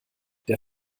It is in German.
der